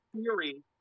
theory